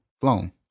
flown